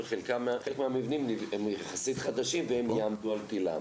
וחלק מהמבנים הם יחסית חדשים והם יעמדו על תילם.